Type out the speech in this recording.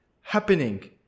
happening